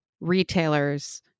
retailers